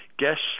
Guests